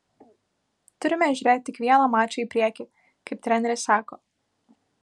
turime žiūrėti tik vieną mačą į priekį kaip treneris sako